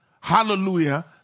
Hallelujah